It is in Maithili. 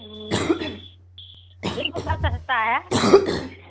ई कोइ बात हँसता हय